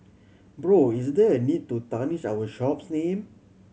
bro is there a need to tarnish our shop's name